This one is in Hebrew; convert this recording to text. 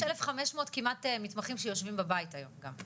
יש כמעט 1,500 מתמחים שיושבים בבית היום גם.